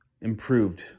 improved